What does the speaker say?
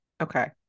Okay